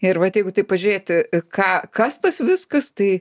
ir vat jeigu taip pažiūrėti ką kas tas viskas tai